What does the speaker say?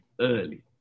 early